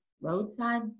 roadside